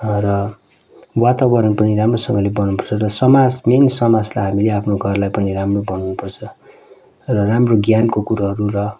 र वातावरण पनि राम्रोसँगले बनाउनुपर्छ र समाज मेन समाजलाई हामीले आफ्नो घरलाई पनि राम्रो बनाउनुपर्छ र राम्रो ज्ञानको कुरोहरू र